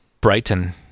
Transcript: Brighton